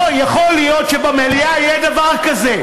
לא יכול להיות שבמליאה יהיה דבר כזה.